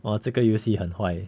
哦这个游戏很坏